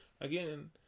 Again